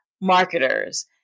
marketers